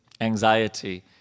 anxiety